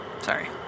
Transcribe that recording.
Sorry